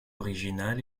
originale